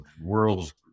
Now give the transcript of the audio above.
world's